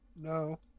no